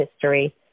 history